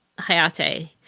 Hayate